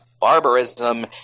barbarism